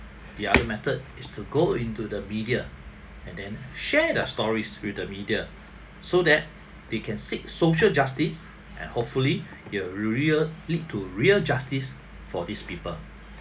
the other method is to go into the media and then share their stories with the media so that they can seek social justice and hopefully there are real~ lead to real justice for these people